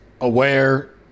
aware